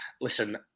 listen